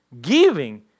giving